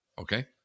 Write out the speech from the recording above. Okay